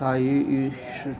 ताईश